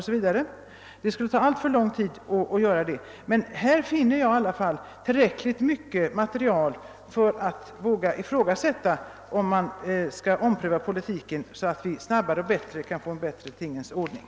Att nu redogöra för detta material skulle ta alltför lång tid, men materialet är under alla förhållanden tillräckligt för att jag skall våga ifrågasätta en omprövning av politiken så att vi snabbare kan få till stånd en bättre tingens ordning.